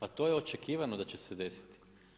A to je očekivano da će se desiti.